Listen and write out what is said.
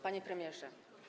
Panie Premierze!